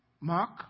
Mark